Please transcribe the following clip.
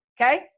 Okay